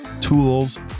tools